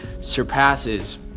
surpasses